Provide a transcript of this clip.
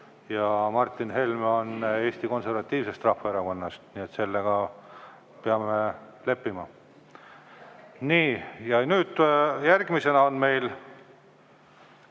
ja Martin Helme on Eesti Konservatiivsest Rahvaerakonnast. Sellega peame leppima. Ja nüüd järgmisena on meil